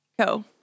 Co